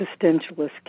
Existentialist